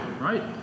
right